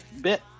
bit